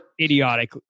idiotic